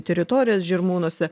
teritorijas žirmūnuose